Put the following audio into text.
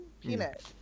Peanut